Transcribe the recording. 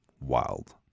wild